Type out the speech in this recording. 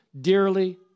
dearly